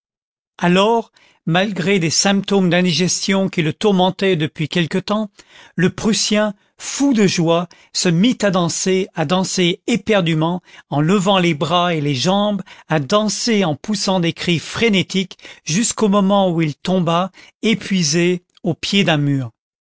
alors malgré des symptômes d'indigestion qui le tourmentaient depuis quelque temps le prussien fou de joie se mit à danser à danser éperdument en levant les bras et les jambes à danser en poussant des rires frénétiques jusqu'au moment où il tomba épuisé au pied d'un mur